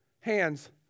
Hands